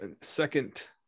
second